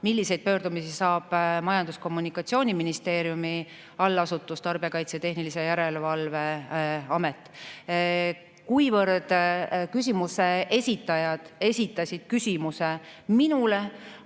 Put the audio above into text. milliseid pöördumisi saab Majandus- ja Kommunikatsiooniministeeriumi allasutus Tarbijakaitse ja Tehnilise Järelevalve Amet. Kuivõrd küsimuse esitajad esitasid küsimuse minule,